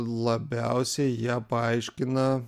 labiausiai ją paaiškina